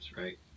right